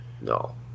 No